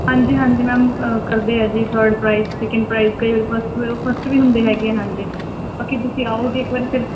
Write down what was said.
ਹਾਂਜੀ ਹਾਂਜੀ ਮੈਮ ਕਰਦੇ ਹਾਂ ਜੀ ਥਰਡ ਪ੍ਰਾਈਜ ਸੇਕਿੰਡ ਪ੍ਰਾਈਜ ਕਈ ਵਾਰੀ ਫਸਟ ਫਸਟ ਵੀ ਹੁੰਦੇ ਹੈਗੇ ਆ ਹਾਂਜੀ ਬਾਕੀ ਤੁਸੀਂ ਆਓ ਜੀ ਇੱਕ ਵਾਰੀ ਫਿਰ